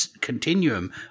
continuum